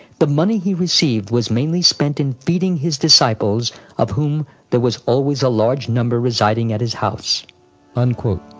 the money he received was mainly spent in feeding his disciples of whom there was always a large number residing at his house and